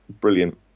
brilliant